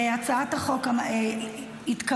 התשפ"ג 2023,